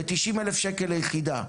ב-90,000 שקל ליחידה,